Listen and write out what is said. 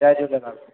Jay Jhulelal